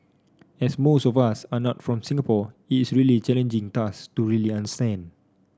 as most of us are not from Singapore it's a really challenging task to really understand